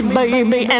baby